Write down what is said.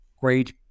great